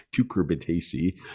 cucurbitaceae